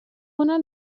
una